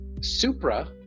Supra